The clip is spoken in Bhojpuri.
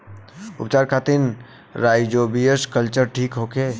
उपचार खातिर राइजोबियम कल्चर ठीक होखे?